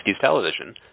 television